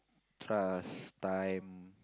trust time